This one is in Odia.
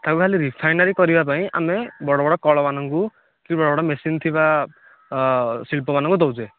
ତାକୁ ଖାଲି ରିଫାଇନାରୀ କରିବା ପାଇଁ ଆମେ ବଡ଼ ବଡ଼ କଳ ମାନଙ୍କୁ କି ବଡ଼ ମେସିନ ଥିବା ଶିଳ୍ପ ମାନଙ୍କୁ ଦେଉଛେ